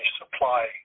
supply